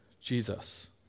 Jesus